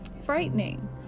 frightening